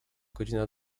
godzina